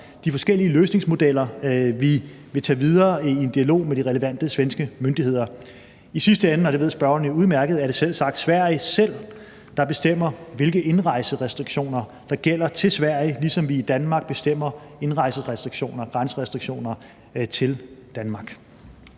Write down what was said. de forskellige løsningsmodeller vil vi tage videre i dialog med de relevante svenske myndigheder. I sidste ende, og det ved spørgeren udmærket, er det selvsagt Sverige selv, der bestemmer, hvilke indrejserestriktioner der gælder til Sverige, ligesom vi i Danmark bestemmer indrejserestriktioner og grænserestriktioner vedrørende Danmark.